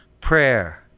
prayer